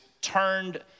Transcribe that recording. turned